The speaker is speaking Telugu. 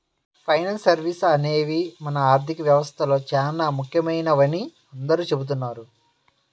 ఫైనాన్స్ సర్వీసెస్ అనేవి మన ఆర్థిక వ్యవస్థలో చానా ముఖ్యమైనవని అందరూ చెబుతున్నారు